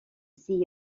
see